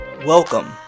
Welcome